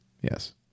Yes